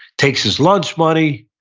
takes his lunch money.